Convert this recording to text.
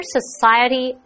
Society